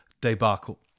debacle